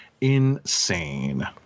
insane